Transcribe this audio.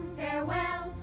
farewell